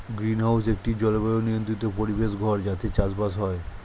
greenhouse একটি জলবায়ু নিয়ন্ত্রিত পরিবেশ ঘর যাতে চাষবাস হয়